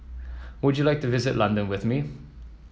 would you like to visit London with me